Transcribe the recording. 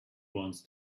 wants